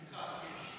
פנחס.